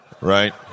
Right